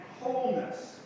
wholeness